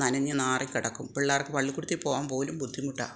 നനഞ്ഞു നാറി കിടക്കും പിള്ളേർക്ക് പള്ളിക്കൂടത്തിൽ പോകാൻ പോലും ബുദ്ധിമുട്ടാണ്